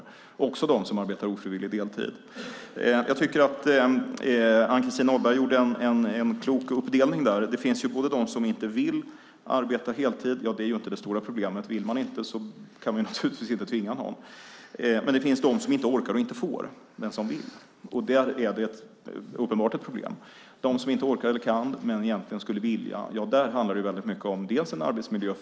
Det gäller också dem som har ofrivillig deltid Ann-Christin Ahlberg gjorde en klok uppdelning där. Det finns de som inte vill arbeta heltid. Det är inte det stora problemet. Vill någon inte kan man inte tvinga någon. Det finns de som inte orkar och inte får men som vill. Där finns uppenbart ett problem. För dem som inte orkar eller kan men egentligen skulle vilja handlar det väldigt mycket om att det är en arbetsmiljöfråga.